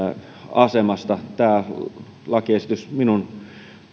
asemasta tämä lakiesitys minun